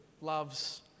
loves